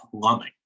plumbing